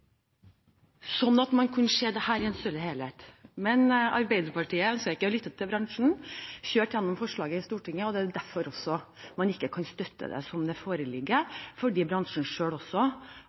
sånn at man kunne se dette i en større helhet. Men Arbeiderpartiet ønsket ikke å lytte til bransjen, og kjørte gjennom forslaget i Stortinget. Derfor kan man ikke støtte det som det foreligger, fordi bransjen